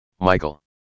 Michael